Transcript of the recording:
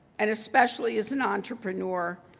and especially as an entrepreneur,